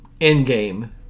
endgame